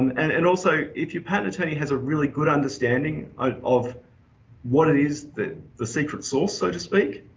and and also, if your patent attorney has a really good understanding ah of what it is, the the secret sauce so to speak,